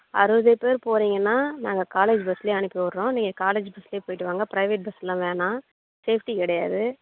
அறுபது பேர் போகறீங்கன்னா நாங்கள் காலேஜ் பஸ்லயே அனுப்பிவிடுறோம் நீங்கள் காலேஜ் பஸ்லையே போய்விட்டு வாங்க பிரைவேட் பஸ்லாம் வேணாம் சேஃப்ட்டி கிடையாது